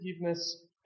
forgiveness